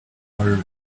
answered